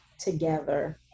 together